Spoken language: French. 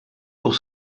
pour